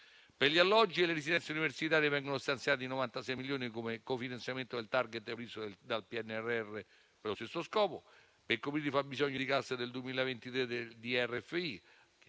Per gli alloggi e le residenze universitarie vengono stanziati 96 milioni come cofinanziamento del *target* previsto dal PNRR per lo stesso scopo. Per coprire i fabbisogni di cassa del 2023 di RFI